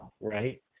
right